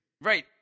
Right